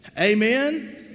Amen